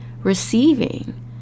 receiving